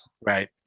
Right